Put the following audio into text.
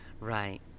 Right